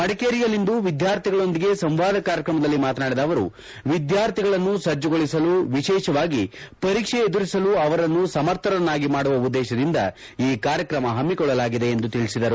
ಮಡಿಕೇರಿಯಲ್ಲಿಂದು ವಿದ್ಯಾರ್ಥಿಗಳೊಂದಿಗೆ ಸಂವಾದ ಕಾರ್ಯಕ್ರಮದಲ್ಲಿ ಮಾತನಾಡಿದ ಅವರು ವಿದ್ಯಾರ್ಥಿಗಳನ್ನು ಸಜ್ಜುಗೊಳಿಸಲು ವಿಶೇಷವಾಗಿ ಪರೀಕ್ಷೆಗೆ ಎದುರಿಸಲು ಅವರನ್ನು ಸಮರ್ಥರನ್ನಾಗಿ ಮಾಡುವ ಉದ್ದೇಶದಿಂದ ಈ ಕಾರ್ಯಕ್ರಮ ಹಮ್ಮಿಕೊಳ್ಳಲಾಗಿದೆ ಎಂದು ತಿಳಿಸಿದರು